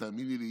תאמיני לי,